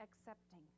accepting